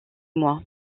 moi